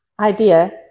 idea